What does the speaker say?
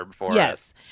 yes